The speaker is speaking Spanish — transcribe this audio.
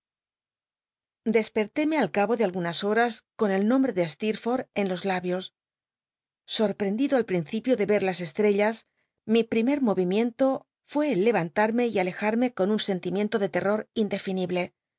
desperléme al cabo de algunas horas con el nombre de steerforth en los labios sorprendido al principio de ver las estrellas mi prime movimiento fué el le antarme y alejarme con un sentimiento de ler'i'or indefinible